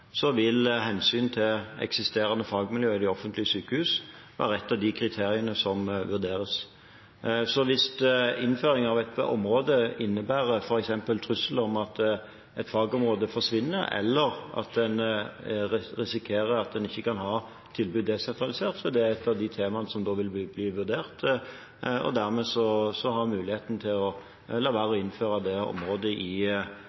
vil hensynet til eksisterende fagmiljøer i offentlige sykehus være et av de kriteriene som vurderes. Så hvis innføring av et område f.eks. innebærer en trussel om at et fagområde forsvinner eller at en risikerer at en ikke kan ha tilbud desentralisert, er det et av de temaene som da vil bli vurdert, og dermed har man muligheten til å la være å innføre det området i